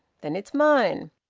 then it's mine.